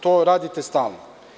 To radite stalno.